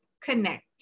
connect